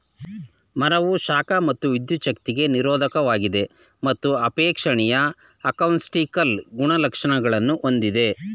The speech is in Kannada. ಮರವು ಶಾಖ ಮತ್ತು ವಿದ್ಯುಚ್ಛಕ್ತಿಗೆ ನಿರೋಧಕವಾಗಿದೆ ಮತ್ತು ಅಪೇಕ್ಷಣೀಯ ಅಕೌಸ್ಟಿಕಲ್ ಗುಣಲಕ್ಷಣಗಳನ್ನು ಹೊಂದಿದೆ